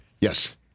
Yes